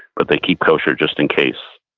but they keep kosher just in case.